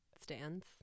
stands